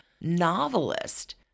novelist